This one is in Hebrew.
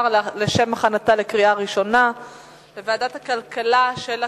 לשם הכנתה לקריאה ראשונה לוועדת הכלכלה של הכנסת.